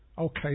Okay